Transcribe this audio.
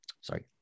sorry